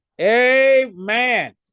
amen